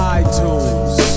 itunes